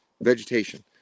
vegetation